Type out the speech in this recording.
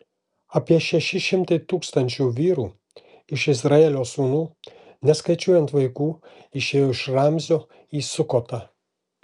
apie šeši šimtai tūkstančių vyrų iš izraelio sūnų neskaičiuojant vaikų išėjo iš ramzio į sukotą